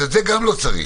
אז את זה גם לא צריך.